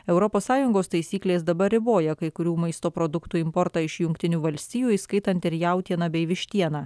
europos sąjungos taisyklės dabar riboja kai kurių maisto produktų importą iš jungtinių valstijų įskaitant ir jautieną bei vištieną